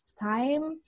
time